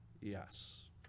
yes